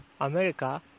america